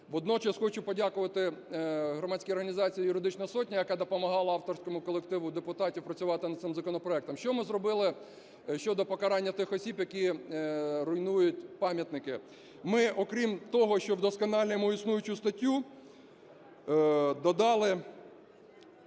Водночас хочу подякувати громадській організації "Юридична сотня", яка допомагала авторському колективу депутатів працювати над цим законопроектом. Що ми зробили щодо покарання тих осіб, які руйнують пам'ятники? Ми окрім того, що вдосконалюємо існуючу статтю, додали